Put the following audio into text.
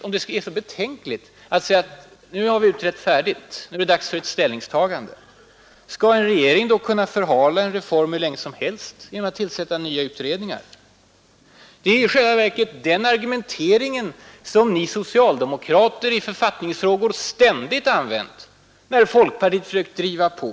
Det vore betänkligt. Om vi säger att nu har vi färdigutrett, nu är det dags för ett ställningstagande, skall regeringen då kunna förhala en reform hur länge som helst genom att tillsätta nya utredningar? Det är just den argumenteringen som ni socialdemokrater ständigt har använt i författningsfrågor, när folkpartiet har försökt att driva på.